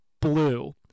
blue